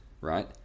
right